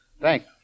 Thanks